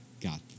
got